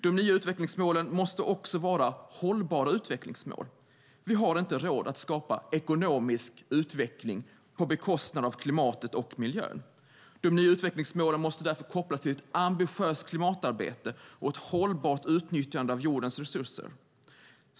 De nya utvecklingsmålen måste också vara hållbara utvecklingsmål. Vi har inte råd att skapa ekonomisk utveckling på bekostnad av klimatet och miljön. De nya utvecklingsmålen måste därför kopplas till ett ambitiöst klimatarbete och ett hållbart utnyttjande av jordens resurser.